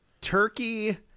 turkey